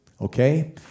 Okay